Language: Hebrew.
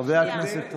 חבר הכנסת רז.